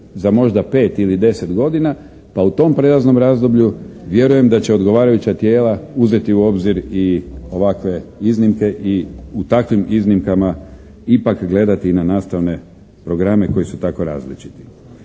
za možda 5 ili 10 godina pa u tom prijelaznom razdoblju vjerujem da će odgovarajuća tijela uzeti u obzir i ovakve iznimke i u takvim iznimkama ipak gledati na nastavne programe koji su tako različiti.